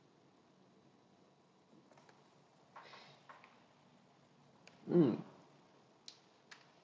mm